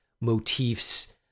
motifs